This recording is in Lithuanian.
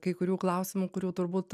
kai kurių klausimų kurių turbūt